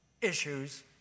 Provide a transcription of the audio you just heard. issues